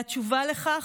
והתשובה לכך?